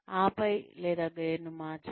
ఆపై లేదా గేర్లను మార్చడం